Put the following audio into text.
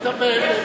יש קשר.